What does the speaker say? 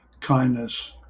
kindness